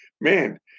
Man